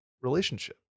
relationship